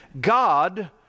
God